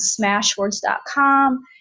smashwords.com